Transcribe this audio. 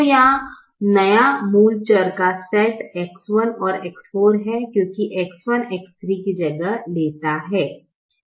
तो नया मूल चर का सेट X1 और X4 हैं क्योंकि X1 X3 की जगह लेता है